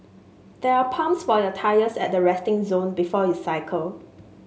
there are pumps for your tyres at the resting zone before you cycle